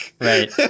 Right